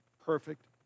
perfect